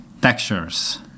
textures